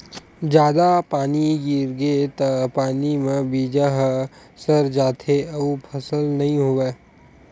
जादा पानी गिरगे त पानी म बीजा ह सर जाथे अउ फसल नइ होवय